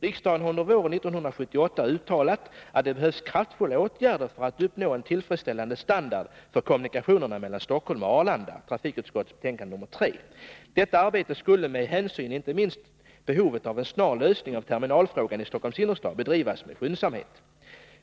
Riksdagen har våren 1978 uttalat att det behövs kraftfulla åtgärder för att uppnå en tillfredsställande standard för kommunikationerna mellan Stockholm och Arlanda . Detta arbete skulle med hänsyn inte minst till behovet av en snar lösning av terminalfrågan i Stockholms innerstad — bedrivas med skyndsamhet.